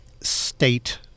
state